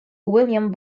willard